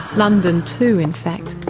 london too in fact,